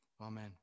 Amen